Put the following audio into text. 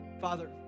Father